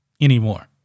anymore